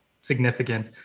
significant